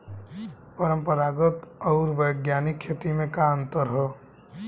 परंपरागत आऊर वैज्ञानिक खेती में का अंतर ह?